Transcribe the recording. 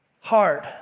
hard